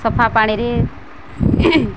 ସଫା ପାଣିରେ